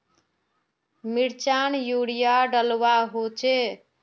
मिर्चान यूरिया डलुआ होचे?